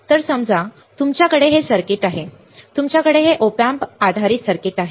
तर समजा तुमच्याकडे हे सर्किट आहे तुमच्याकडे हे Op amp आधारित सर्किट आहे